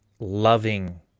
loving